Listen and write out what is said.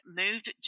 moved